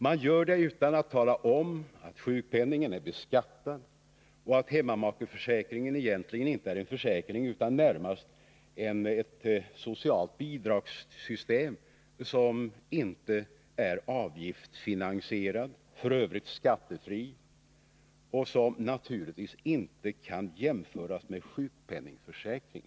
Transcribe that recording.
Man gör det utan att tala om att sjukpenningen är beskattad och att hemmamakeförsäkringen egentligen inte är en försäkring utan närmast ett socialt bidragsstöd som inte är avgiftsfinansierat, ett system där ersättningen är skattefri och som naturligtvis inte kan jämföras med sjukpenningförsäkringen.